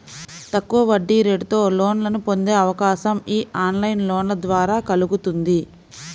తక్కువ వడ్డీరేటుతో లోన్లను పొందే అవకాశం యీ ఆన్లైన్ లోన్ల ద్వారా కల్గుతుంది